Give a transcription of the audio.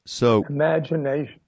imagination